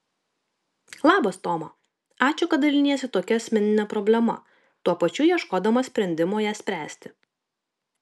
labas toma ačiū kad daliniesi tokia asmenine problema tuo pačiu ieškodama sprendimo ją spręsti